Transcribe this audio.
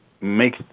make